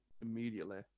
immediately